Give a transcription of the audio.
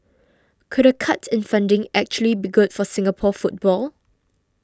could a cut in funding actually be good for Singapore football